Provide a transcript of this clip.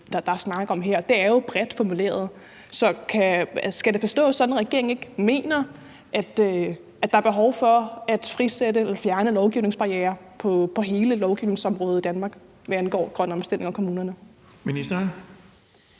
det er jo bredt formuleret. Så skal det forstås sådan, at regeringen ikke mener, at der er behov for at frisætte eller fjerne lovgivningsbarrierer på hele lovgivningsområdet i Danmark, hvad angår en grøn omstilling af kommunerne?